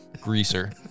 Greaser